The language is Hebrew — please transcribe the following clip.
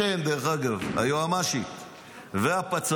לכן, דרך אגב, היועמ"שית והפצ"רית,